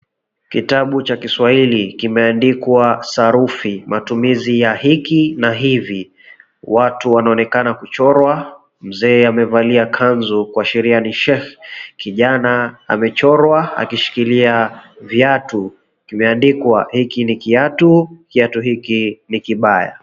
Kitabu cha kiswahili kimeandikwa sarufi matumizi ya 'hiki' na 'hivi'. Watu wanaonekana kuchorwa. Mzee amevalia kanzu kuashiria ni sheikh. Kijana amechorwa ameshikilia viatu. Kimeandikwa 'hiki ni kiatu, kiatu hiki ni kibaya'.